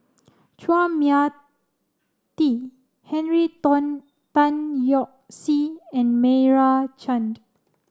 Chua Mia Tee Henry Tan Tan Yoke See and Meira Chand